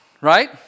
right